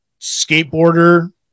skateboarder